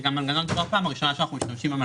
זה מנגנון שלא בפעם הראשונה שאנחנו משתמשים בו.